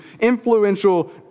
influential